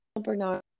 bernard